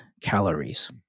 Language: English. calories